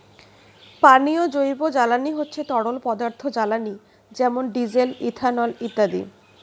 পানীয় জৈব জ্বালানি হচ্ছে তরল পদার্থ জ্বালানি যেমন ডিজেল, ইথানল ইত্যাদি